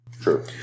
True